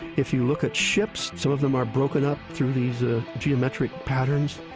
if you look at ships, some of them are broken up through these ah geometric patterns.